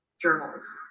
journalist